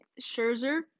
Scherzer